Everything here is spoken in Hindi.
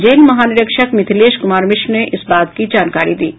जेल महानिरीक्षक मिथिलेश कुमार मिश्रा ने इस बात की जानकारी दी है